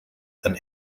than